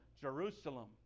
Jerusalem